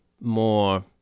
more